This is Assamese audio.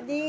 আদি